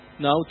now